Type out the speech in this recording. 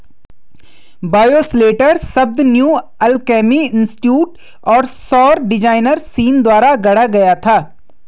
bioshelter शब्द new alchemy institute और सौर डिजाइनर सीन द्वारा गढ़ा गया था